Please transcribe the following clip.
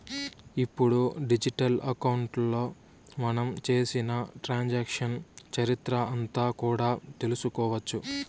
ఇప్పుడు డిజిటల్ అకౌంట్లో మనం చేసిన ట్రాన్సాక్షన్స్ చరిత్ర అంతా కూడా తెలుసుకోవచ్చు